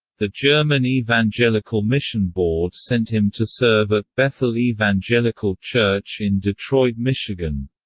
the german evangelical mission board sent him to serve at bethel evangelical church in detroit, michigan.